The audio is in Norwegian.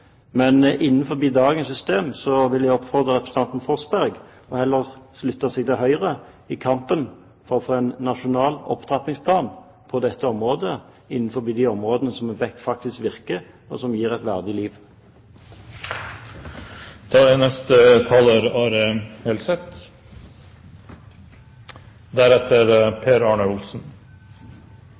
Men innenfor dagens system vil jeg oppfordre representanten Forsberg til heller å slutte seg til Høyre i kampen for å få en nasjonal opptrappingsplan på dette området innenfor de områdene vi vet faktisk virker, og som gir et verdig liv. I medisinen, som kanskje også i livet for øvrig, er